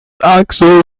axle